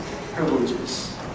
privileges